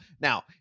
Now